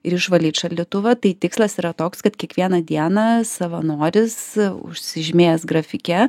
ir išvalyt šaldytuvą tai tikslas yra toks kad kiekvieną dieną savanoris užsižymėjęs grafike